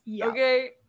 Okay